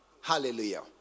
Hallelujah